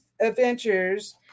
adventures